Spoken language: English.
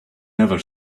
never